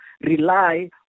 rely